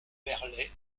merlet